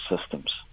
systems